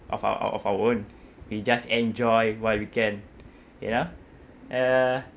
of our of our own we just enjoy what we can you know uh